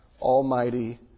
almighty